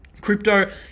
crypto